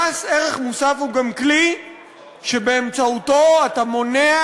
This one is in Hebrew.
מס ערך מוסף הוא גם כלי שבאמצעותו אתה מונע